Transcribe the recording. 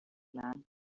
man